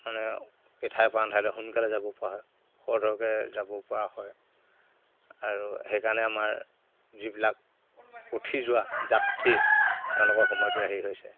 মানুহে এঠাইৰ পৰা আনঠাইলৈ সোনকালে যাব পৰা হয় খৰধৰকৈ যাব পৰা হয় আৰু সেইকাৰণে আমাৰ যিবিলাক উঠি যোৱা যাত্ৰী তেওঁলোকৰ সময়টো ৰাহি হৈছে